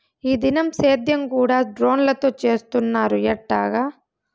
ఈ దినం సేద్యం కూడ డ్రోన్లతో చేస్తున్నారు ఎట్టాగా